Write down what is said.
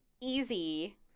easy